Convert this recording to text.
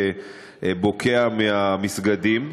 שבוקע מהמסגדים,